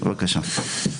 טוב.